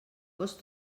cost